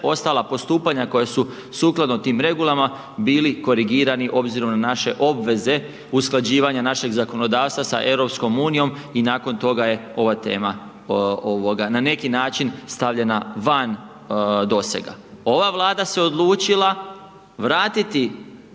ostala postupanja koja su sukladno tim regulama bili korigirani obzirom na naše obveze usklađivanja našeg zakonodavstva sa EU i nakon toga je ova tema, na neki način stavljena van dosega. Ova Vlada se odlučila vratiti